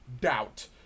doubt